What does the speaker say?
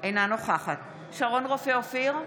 אינה נוכחת שרון רופא אופיר,